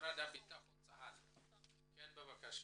משרד הביטחון צה"ל בבקשה.